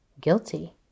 guilty